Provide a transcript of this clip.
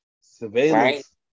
surveillance